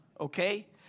okay